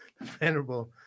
venerable